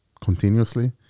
continuously